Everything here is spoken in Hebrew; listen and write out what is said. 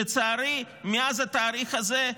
לצערי, מאז התאריך הזה,